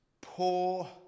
poor